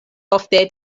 ofte